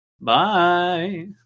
Bye